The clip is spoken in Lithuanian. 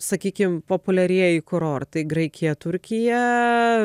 sakykim populiarieji kurortai graikija turkija